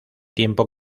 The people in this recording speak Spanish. tiempo